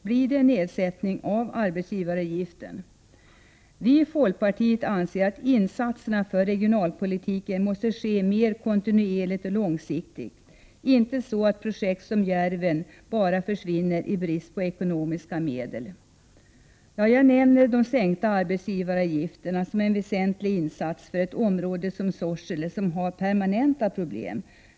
Blir det en nedsättning av arbetsgivaravgifterna? Vi i folkpartiet anser att insatserna för regionalpolitiken måste ske mer kontinuerligt och långsiktigt, inte så att projekt som Djärven bara försvinner i brist på ekonomiska medel. Jag nämner en sänkning av arbetsgivaravgifterna som en väsentlig insats för ett område som Sorsele, som har permanenta problem.